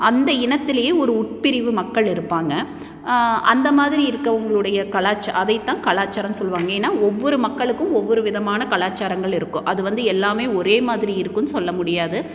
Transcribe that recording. அந்த இனத்துலேயே ஒரு உட்பிரிவு மக்கள் இருப்பாங்க அந்த மாதிரி இருக்கவங்களுடைய கலாச்சா அதைத்தான் கலாச்சாரம் சொல்லுவாங்க ஏன்னால் ஒவ்வொரு மக்களுக்கும் ஒவ்வொரு விதமான கலாச்சாரங்கள் இருக்கும் அது வந்து எல்லாமே ஒரே மாதிரி இருக்குன்னு சொல்ல முடியாது